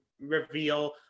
reveal